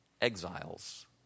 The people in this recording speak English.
exiles